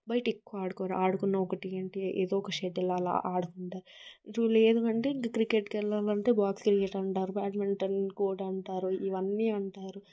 బయట ఎక్కువ ఆడుకోరు ఆడుకున్న ఒకటి ఏంటి ఏదో ఒక షటిల్ అలా ఆడుకుంటా లేదు అంటే ఇంకా క్రికెట్కి వెళ్ళాలంటే బాక్స్ ఇట్లా అంటారు బ్యాట్మెంటన్ కోర్టు అంటారు ఇవన్నీ అంటారు